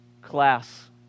class